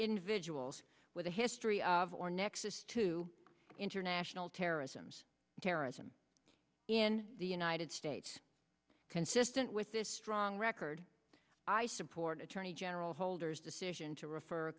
individuals with a history of or nexus to international terrorism terrorism in the united states consistent with this strong record i support attorney general holder's decision to refer a